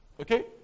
Okay